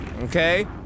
Okay